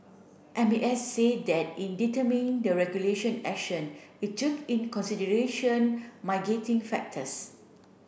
M A S say that in determining the regulation action it took in consideration factors